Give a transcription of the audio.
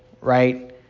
right